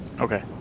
okay